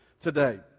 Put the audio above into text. today